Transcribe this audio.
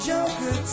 Joker